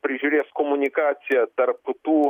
prižiūrės komunikaciją tarp tų